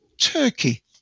Turkey